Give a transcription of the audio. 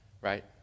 Right